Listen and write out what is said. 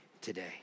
today